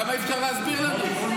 למה אי-אפשר להסביר לנו?